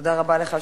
תודה רבה לך,